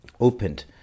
opened